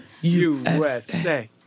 USA